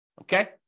Okay